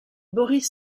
boris